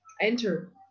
enter